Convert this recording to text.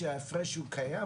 שההפרש הוא קיים,